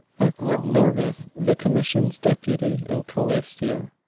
eklan norbith, the commission's deputy in calastia.